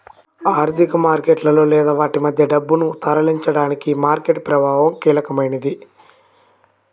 ఆర్థిక మార్కెట్లలో లేదా వాటి మధ్య డబ్బును తరలించడానికి మార్కెట్ ప్రభావం కీలకమైనది